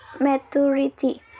maturity